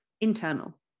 Internal